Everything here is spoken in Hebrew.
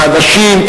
האנשים,